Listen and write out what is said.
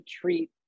treat